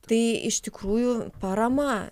tai iš tikrųjų parama